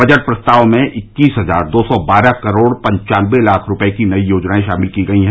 budget प्रस्ताव में इक्कीस हजार दो सौ बारह करोड़ पनचानवें लाख रूपये की नई योजनाएं शामिल की गई हैं